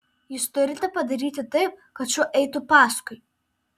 jūs turite padaryti taip kad šuo eitų paskui